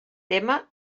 tema